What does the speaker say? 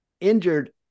injured